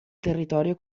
territorio